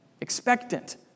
Expectant